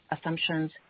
assumptions